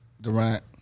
Durant